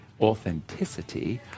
authenticity